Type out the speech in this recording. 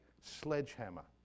sledgehammer